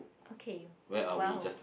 okay !wow!